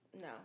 no